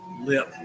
lip